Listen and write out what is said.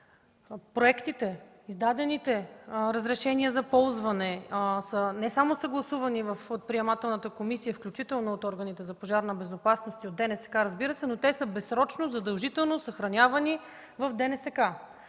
проектите, издадените разрешения за ползване са не само съгласувани от приемателната комисия, включително от органите за пожарна безопасност и от ДНСК, разбира се, но те са безсрочно, задължително съхранявани в ДНСК.